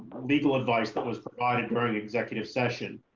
legal advice that was provided but and executive session.